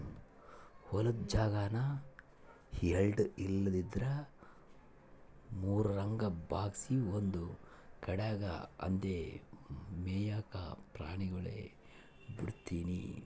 ಹೊಲುದ್ ಜಾಗಾನ ಎಲ್ಡು ಇಲ್ಲಂದ್ರ ಮೂರುರಂಗ ಭಾಗ್ಸಿ ಒಂದು ಕಡ್ಯಾಗ್ ಅಂದೇ ಮೇಯಾಕ ಪ್ರಾಣಿಗುಳ್ಗೆ ಬುಡ್ತೀವಿ